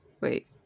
wait